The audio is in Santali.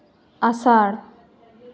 ᱟᱥᱟᱲ